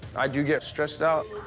i do get stressed out.